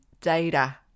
data